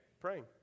Praying